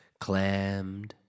clammed